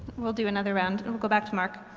we'll do another round and we'll go back to mark.